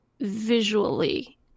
visually